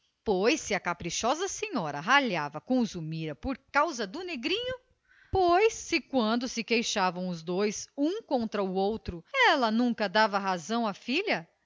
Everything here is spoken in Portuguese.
se a caprichosa senhora ralhava com zulmira por causa do negrinho pois se quando se queixavam os dois um contra o outro ela nunca dava razão à filha